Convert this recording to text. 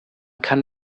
kann